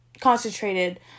concentrated